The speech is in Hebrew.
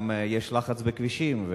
גם יש לחץ בכבישים,